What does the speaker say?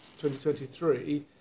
2023